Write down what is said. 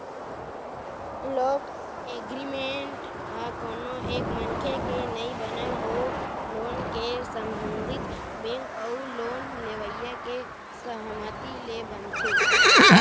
loan agreement ह कोनो एक मनखे के नइ बनय ओ लोन ले संबंधित बेंक अउ लोन लेवइया के सहमति ले बनथे